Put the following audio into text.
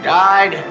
died